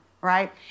right